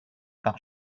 par